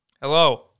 Hello